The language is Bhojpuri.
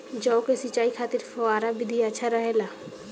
जौ के सिंचाई खातिर फव्वारा विधि अच्छा रहेला?